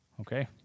okay